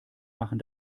machen